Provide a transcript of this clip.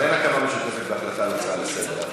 אבל אין הקמה משותפת בהחלטה להצעה לסדר-היום.